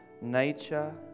nature